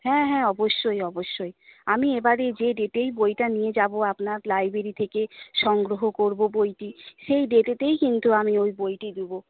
হ্যাঁ হ্যাঁ অবশ্যই অবশ্যই আমি এবারে যে ডেটেই বইটা নিয়ে যাব আপনার লাইব্রেরি থেকে সংগ্রহ করব বইটি সেই ডেটেতেই কিন্তু আমি ওই বইটি দেবো